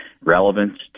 Relevance